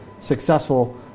successful